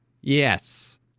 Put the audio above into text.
Yes